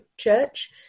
church